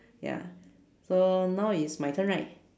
ya so now is my turn right